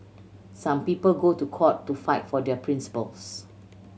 some people go to court to fight for their principles